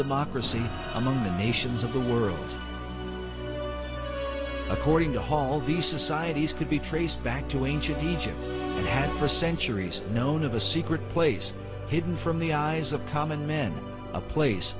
democracy among the nations of the world according to haul the societies could be traced back to ancient egypt for centuries known of a secret place hidden from the eyes of a common man a place